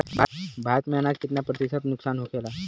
भारत में अनाज कितना प्रतिशत नुकसान होखेला?